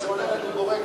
כי זה עולה לנו בבורקסים,